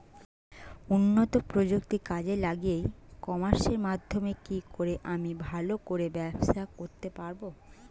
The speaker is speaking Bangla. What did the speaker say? উন্নত প্রযুক্তি কাজে লাগিয়ে ই কমার্সের মাধ্যমে কি করে আমি ভালো করে ব্যবসা করতে পারব?